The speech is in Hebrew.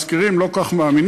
שהמשכירים לא כל כך מאמינים,